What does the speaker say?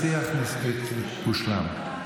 השיח הושלם.